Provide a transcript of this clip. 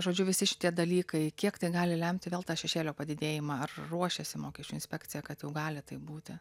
žodžiu visi šitie dalykai kiek tai gali lemti vėl tą šešėlio padidėjimą ar ruošiasi mokesčių inspekcija kad jau gali taip būti